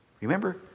remember